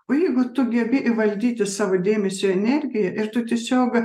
o jeigu tu gebi įvaldyti savo dėmesio energiją ir tu tiesiog